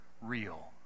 real